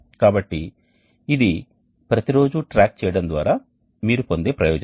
కాబట్టి ఇది ప్రతిరోజూ ట్రాక్ చేయడం ద్వారా మీరు పొందే ప్రయోజనం